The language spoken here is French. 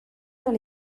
dans